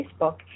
Facebook